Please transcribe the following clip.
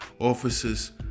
Officers